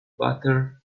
batter